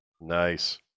Nice